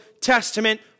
Testament